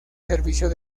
servicio